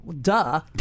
duh